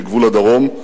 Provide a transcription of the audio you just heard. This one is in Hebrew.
בגבול הדרום,